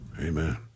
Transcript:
Amen